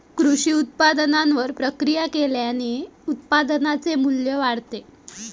कृषी उत्पादनावर प्रक्रिया केल्याने उत्पादनाचे मू्ल्य वाढते